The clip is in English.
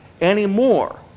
anymore